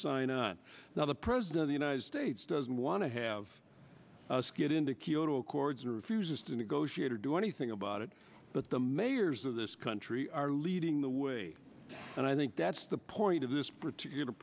sign on now the president of the united states doesn't want to have us get into kyoto accords or refuses to negotiate or do anything about it but the mayors of this country are leading the way and i think that's the point of this particular